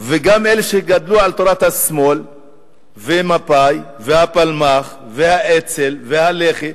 וגם אלה שגדלו על תורת השמאל ומפא"י והפלמ"ח והאצ"ל והלח"י,